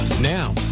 Now